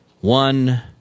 One